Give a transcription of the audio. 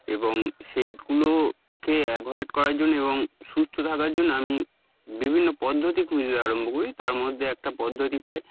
এবং সেইগুলোকে অ্যাভয়েড করার জন্যে এবং সুস্থ থাকার জন্যে আমি বিভিন্ন পদ্ধতি খুঁজতে আরম্ভ করি তার মধ্যে একটা পদ্ধতি পাই